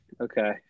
okay